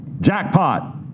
Jackpot